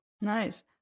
Nice